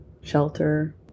shelter